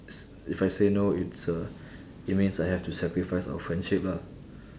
s~ if I say no it's a it means I have to sacrifice our friendship lah